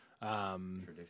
Tradition